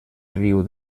riu